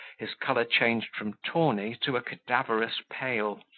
his colour changed from tawny to a cadaverous pale,